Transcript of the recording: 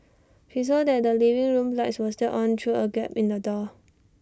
she saw that the living room lights were still on through A gap in the door